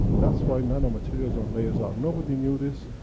that's why nano-materials are latest art. nobody knew this.